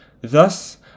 Thus